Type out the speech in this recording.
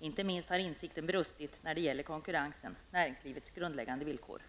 Inte minst har insikten brustit när det gäller konkurrensen, näringslivets grundläggande villkor.